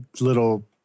little